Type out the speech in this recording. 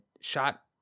shot